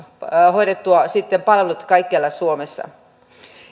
hoidettua sitten palvelut kaikkialla suomessa